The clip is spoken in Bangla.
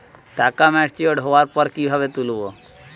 টাকা ম্যাচিওর্ড হওয়ার পর কিভাবে তুলব?